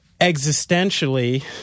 existentially